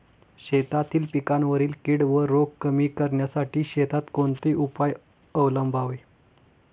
शेतातील पिकांवरील कीड व रोग कमी करण्यासाठी शेतात कोणते उपाय अवलंबावे?